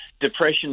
depression